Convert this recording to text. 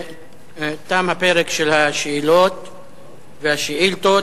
תם הפרק של השאלות והשאילתות.